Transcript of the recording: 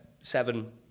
seven